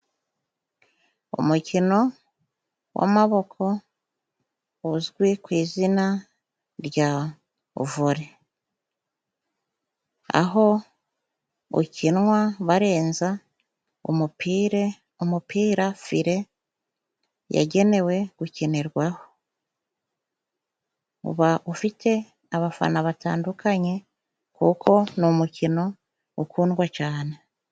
Umukino w'amaboko uzwi ku izina rya vore aho ukinwa barenza umupire umupira fire yagenewe gukinirwaho, uba ufite abafana batandukanye kuko ni umukino ukundwa cyane.